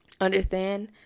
Understand